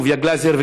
טוביה גלזר,